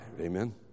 amen